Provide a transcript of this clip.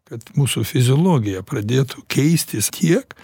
kad mūsų fiziologija pradėtų keistis tiek